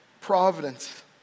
providence